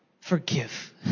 Forgive